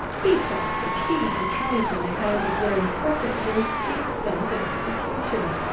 he says the key to trying to make algae growing profitable is diversification.